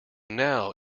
now